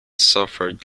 suffered